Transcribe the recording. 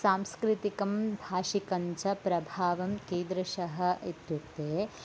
सांस्कृतिकं भाषिकं च प्रभावं कीदृशः इत्युक्ते